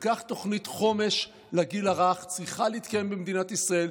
וכך תוכנית חומש לגיל הרך צריכה להתקיים במדינת ישראל.